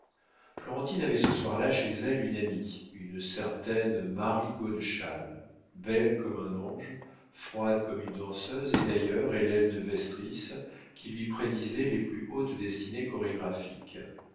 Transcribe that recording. avait ce soir-là chez elle une amie une certaine marie godeschal belle comme un ange froide comme une danseuse et d'ailleurs élève de vestris qui lui prédisait les plus hautes destinées chorégraphiques